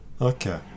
Okay